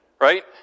right